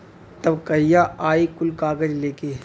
तब कहिया आई कुल कागज़ लेके?